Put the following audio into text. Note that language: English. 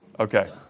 Okay